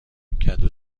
کدو